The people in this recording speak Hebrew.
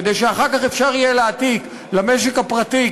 כדי שאפשר יהיה אחר כך להעתיק למשק הפרטי,